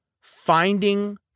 finding